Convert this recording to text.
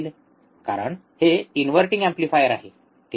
कारण हे inverting amplifier आहे ठीक आहे